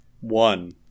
one